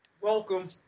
welcome